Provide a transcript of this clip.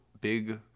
big